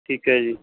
ਠੀਕ ਹੈ ਜੀ